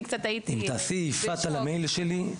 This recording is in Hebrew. אני קצת הייתי --- אם תעשי "פאט" על המייל שלי,